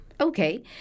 Okay